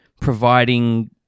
Providing